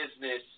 business